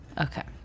Okay